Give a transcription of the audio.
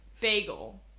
Bagel